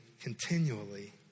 continually